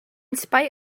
spite